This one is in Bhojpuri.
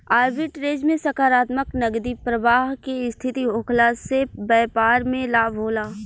आर्बिट्रेज में सकारात्मक नगदी प्रबाह के स्थिति होखला से बैपार में लाभ होला